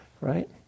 right